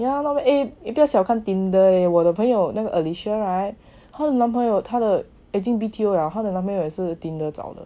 eh 你不要小看 Tinder eh 我的朋友那个 alysha right 她的男朋友他的已经 B_T_O liao 她的男朋友也是 Tinder 找的